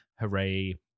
hooray